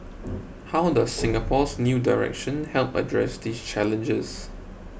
how does Singapore's new direction help address these challenges